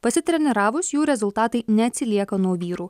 pasitreniravus jų rezultatai neatsilieka nuo vyrų